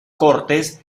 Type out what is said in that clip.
cortes